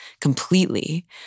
completely